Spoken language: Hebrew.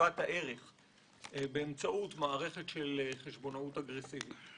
שבשאיבת הערך באמצעות מערכת של חשבונאות אגרסיבית.